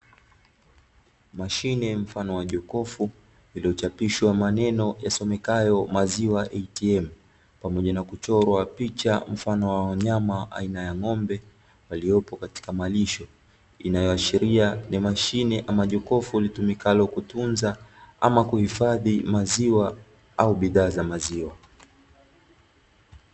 Mashine mfano wa jokofu iliyochapishwa maneno yasomekayo, maziwa ATM pamoja na kuchorwa picha mfano wa wanyama aina ya ng’ombe, waliopo katika malisho, inayoashiria mashine ama jokofu litumikalo kutunza ama kuhifadhi maziwa au bidhaa za maziwa.